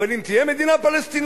אבל אם תהיה מדינה פלסטינית,